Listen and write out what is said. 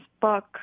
book